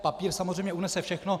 Papír samozřejmě unese všechno.